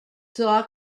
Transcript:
saw